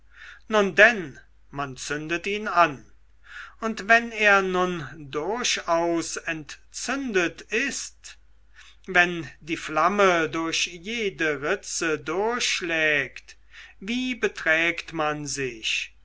nun denn man zündet ihn an und wenn er nun durchaus entzündet ist wenn die flamme durch jede ritze durchschlägt wie beträgt man sich